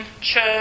church